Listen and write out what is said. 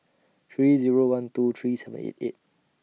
three Zero twelve three seven eight eight